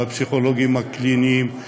בפסיכולוגים הקליניים,